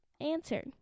answer